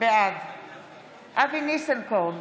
בעד אבי ניסנקורן,